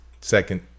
second